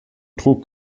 trug